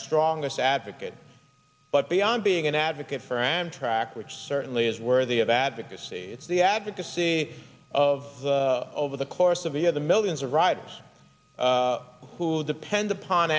strongest advocate but beyond being an advocate for amtrak which certainly is worthy of advocacy it's the advocacy of over the course of a year the millions of riders who depend upon